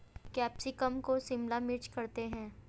capsicum को शिमला मिर्च करते हैं